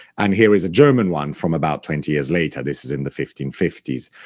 and here is a german one from about twenty years later. this is in the fifteen fifty s.